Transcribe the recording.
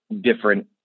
different